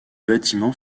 bâtiment